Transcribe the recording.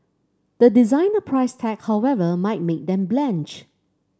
the designer price tag however might make them blanch